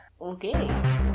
Okay